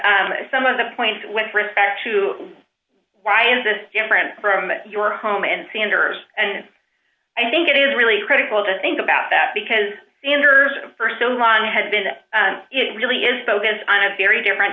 to some of the point when respect to why is this different from your home and sanders and i think it is really critical to think about that because the ender's for so long has been it really is focused on a very different